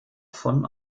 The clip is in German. von